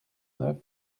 neuf